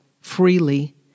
freely